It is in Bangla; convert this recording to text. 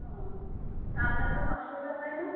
ও তা আপনার কোনও অসুবিধা হয় না